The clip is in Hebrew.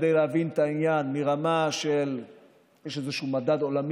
כי פורסם שהגיעו כבר המתמחים שהתפטרו,